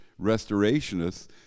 restorationists